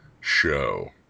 show